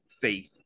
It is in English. faith